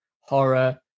horror